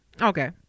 Okay